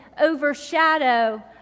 overshadow